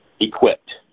equipped